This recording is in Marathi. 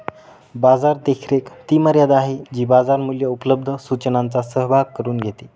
बाजार देखरेख ती मर्यादा आहे जी बाजार मूल्ये उपलब्ध सूचनांचा सहभाग करून घेते